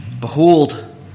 Behold